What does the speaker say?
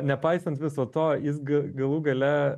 nepaisant viso to jis gi galų gale